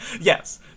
Yes